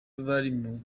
bari